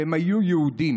שהם היו יהודים,